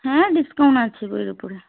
হ্যাঁ ডিসকাউন্ট আছে বইয়ের ওপরে